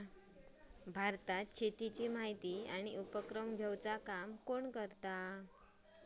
भारतात शेतीची माहिती आणि उपक्रम घेवचा काम कोण करता?